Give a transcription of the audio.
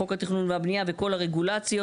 חוק התכנון והבנייה וכל הרגולציות,